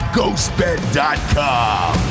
GhostBed.com